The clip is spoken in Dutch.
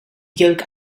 jeuk